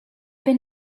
been